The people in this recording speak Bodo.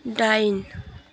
दाइन